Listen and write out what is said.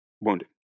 wounded